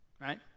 right